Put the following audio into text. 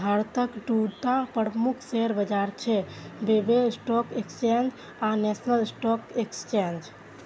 भारतक दूटा प्रमुख शेयर बाजार छै, बांबे स्टॉक एक्सचेंज आ नेशनल स्टॉक एक्सचेंज